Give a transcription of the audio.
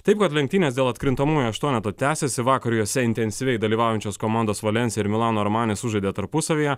taip kad lenktynės dėl atkrintamųjų aštuoneto tęsiasi vakar jose intensyviai dalyvaujančios komandos valensija ir milano armani sužaidė tarpusavyje